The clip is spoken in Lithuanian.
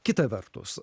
kita vertus